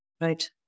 Right